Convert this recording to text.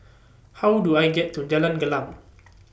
How Do I get to Jalan Gelam